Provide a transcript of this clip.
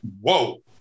whoa